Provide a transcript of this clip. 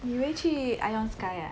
你以为去 Ion sky ah